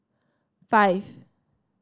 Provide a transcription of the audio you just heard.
five